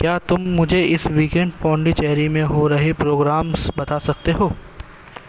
کیا تم مجھے اس ویکنڈ پانڈی چیری میں ہو رہے پروگرامز بتا سکتے ہو